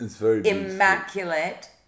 immaculate